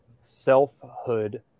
selfhood